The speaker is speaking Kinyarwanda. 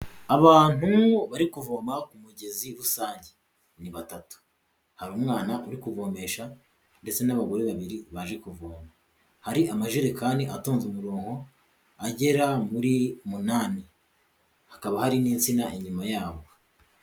Abantu bari kuvoma ku mugezi rusange ni batatu, hari umwana uri kuvomesha ndetse n'abagore babiri baje kuvoma, hari amajerekani atonze umurongo agera muri munani, hakaba hari n'insina inyuma yabo.